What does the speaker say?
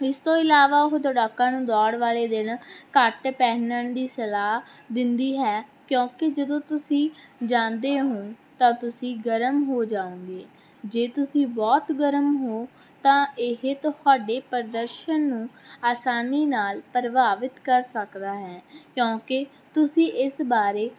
ਇਸ ਤੋਂ ਇਲਾਵਾ ਉਹ ਦੌੜਾਕਾਂ ਨੂੰ ਦੌੜ ਵਾਲੇ ਦਿਨ ਘੱਟ ਪਹਿਨਣ ਦੀ ਸਲਾਹ ਦਿੰਦੀ ਹੈ ਕਿਉਂਕਿ ਜਦੋਂ ਤੁਸੀਂ ਜਾਂਦੇ ਹੋ ਤਾਂ ਤੁਸੀਂ ਗਰਮ ਹੋ ਜਾਓਗੇ ਜੇ ਤੁਸੀਂ ਬਹੁਤ ਗਰਮ ਹੋ ਤਾਂ ਇਹ ਤੁਹਾਡੇ ਪ੍ਰਦਰਸ਼ਨ ਨੂੰ ਆਸਾਨੀ ਨਾਲ ਪ੍ਰਭਾਵਿਤ ਕਰ ਸਕਦਾ ਹੈ ਕਿਉਂਕਿ ਤੁਸੀਂ ਇਸ ਬਾਰੇ